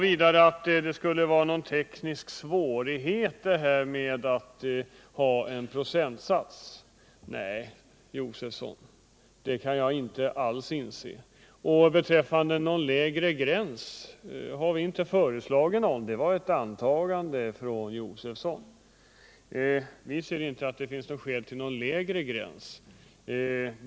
Enligt Stig Josefson skulle det vara tekniskt svårt att införa en procentsats för beskattningen. Det kan jag inte alls hålla med om, Stig Josefson. Och vad beträffar en lägre gräns i det här sammanhanget, så har vi inte föreslagit någon sådan — det var ett antagande från Stig Josefsons sida. Vi ser inte att det finns något skäl att införa en lägre gräns.